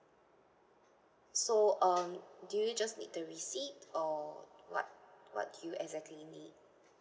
so um do you just need the receipt or what what do you exactly need